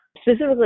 Specifically